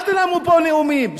אל תנאמו פה נאומים.